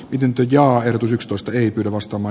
pidentyjauhetutusykstoista hiipivän ostama